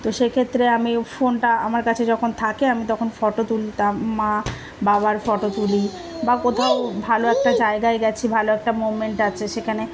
তো সেক্ষেত্রে আমি ফোনটা আমার কাছে যখন থাকে আমি তখন ফটো তুলতাম মা বাবার ফটো তুলি বা কোথাও ভালো একটা জায়গায় গেছি ভালো একটা মুভমেন্ট আছে সেখানে